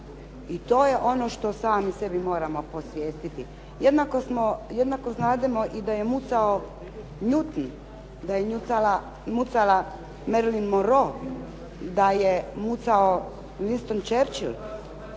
I to je ono što sami sebi moramo posvijestiti. Jednako znademo i da je mucao Newton, da je mucala Marilyn Monroe, da je mucao Winston Churchill,